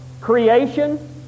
Creation